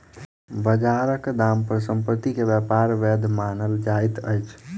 बजारक दाम पर संपत्ति के व्यापार वैध मानल जाइत अछि